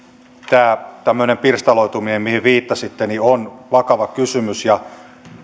tämä tämmöinen pirstaloituminen mihin viittasitte on vakava kysymys